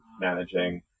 managing